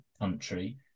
country